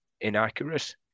inaccurate